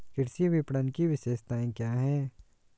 कृषि विपणन की विशेषताएं क्या हैं?